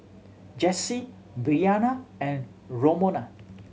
Jesse Breanna and Romona